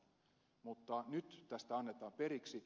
mutta nyt tässä annetaan periksi